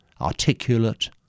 articulate